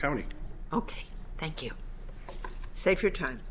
county ok thank you save your time